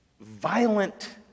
violent